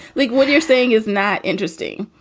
like what you're saying is not interesting